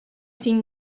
seen